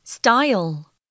Style